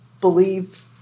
believe